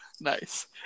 nice